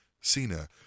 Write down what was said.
Cena